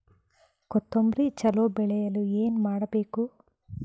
ಕೊತೊಂಬ್ರಿ ಚಲೋ ಬೆಳೆಯಲು ಏನ್ ಮಾಡ್ಬೇಕು?